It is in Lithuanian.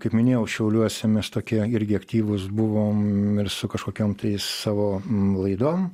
kaip minėjau šiauliuose mes tokie irgi aktyvūs buvom ir su kažkokiom savo laidom